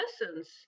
lessons